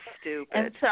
stupid